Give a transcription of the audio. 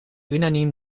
unaniem